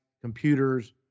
computers